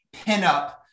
pinup